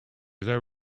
there